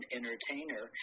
entertainer